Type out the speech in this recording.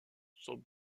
son